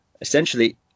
essentially